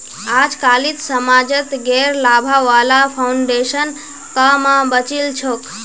अजकालित समाजत गैर लाभा वाला फाउन्डेशन क म बचिल छोक